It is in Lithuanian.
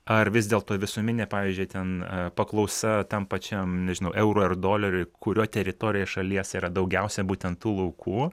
ar vis dėlto visuminė pavyzdžiui ten paklausa tam pačiam nežinau eurui ar doleriui kurio teritorijoj šalies yra daugiausia būtent tų laukų